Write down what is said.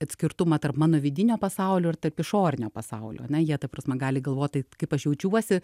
skirtumą tarp mano vidinio pasaulio ir tarp išorinio pasaulio ane jie ta prasme gali galvot tai kaip aš jaučiuosi